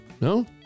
No